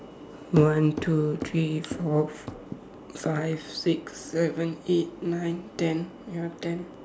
one two three four five six seven eight nine ten ya ten